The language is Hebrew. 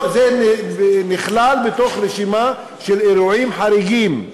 זה נכלל בתוך רשימה של אירועים חריגים,